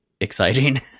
exciting